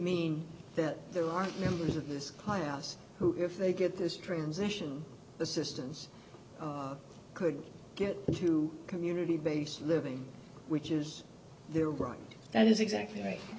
mean that there aren't members of this class who if they get this transition assistance could get into community based living which is their right that is exactly right